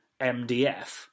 MDF